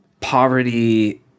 poverty